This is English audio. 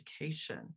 education